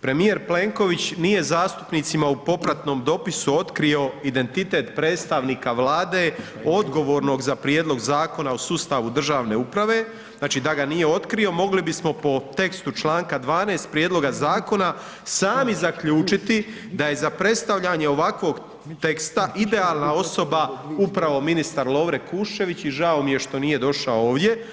premijer Plenković nije zastupnicima u popratnom dopisu otkrio identitet predstavnika Vlade odgovornog za prijedlog Zakona o sustavu državne uprave, znači, da ga nije otkrio, mogli bismo po tekstu čl. 12. prijedloga zakona sami zaključiti da je za predstavljanje ovakvog teksta idealna osoba upravo ministar Lovre Kuščević i žao mi je što nije došao ovdje.